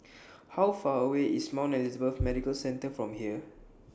How Far away IS Mount Elizabeth Medical Center from here